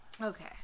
Okay